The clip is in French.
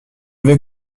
vais